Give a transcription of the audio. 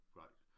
right